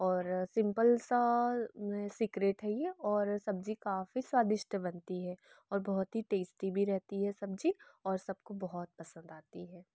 और सिम्पल सा में सीक्रेट है यह और सब्ज़ी काफ़ी स्वादिष्ट बनती है और बहुत ही टेस्टी भी रहती है सब्ज़ी और सबको बहुत पसंद आती है